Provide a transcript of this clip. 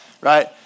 Right